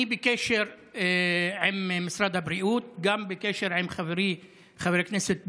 אני בקשר עם משרד הבריאות וגם בקשר עם חברי חבר הכנסת בוסו,